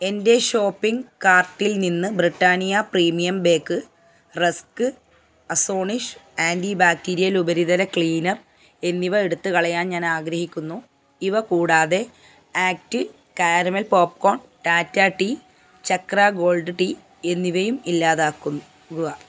എന്റെ ഷോപ്പിംഗ് കാർട്ടിൽ നിന്ന് Britannia premium bake rusk astonish anti bacterial ഉപരിതല ക്ലീനർ എന്നിവ എടുത്തു കളയാൻ ഞാനാഗ്രഹിക്കുന്നു ഇവ കൂടാതെ act caramel popcorn Tata tea Chakra gold tea എന്നിവയും ഇല്ലാതാക്കുക